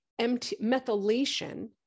methylation